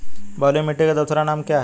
बलुई मिट्टी का दूसरा नाम क्या है?